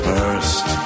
First